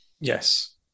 Yes